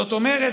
זאת אומרת,